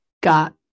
got